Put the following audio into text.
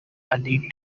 ali